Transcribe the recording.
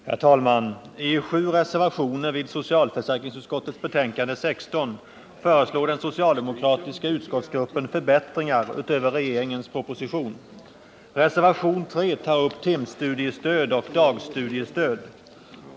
Herr talman! I sju reservationer vid socialförsäkringsutskottets betänkande nr 16 föreslår den socialdemokratiska utskottsgruppen förbättringar utöver regeringens proposition. Reservation 3 tar upp timstudiestöd och dagstudiestöd.